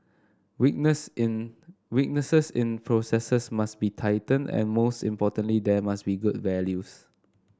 weakness in weaknesses in processes must be tightened and most importantly there must be good values